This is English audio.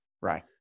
Right